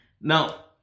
Now